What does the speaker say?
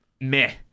meh